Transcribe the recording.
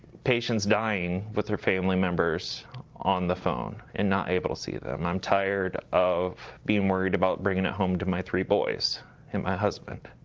patients dying with their family members on the phone and not able to see them i'm tired of being worried about bringing it home to my three boys and my husband.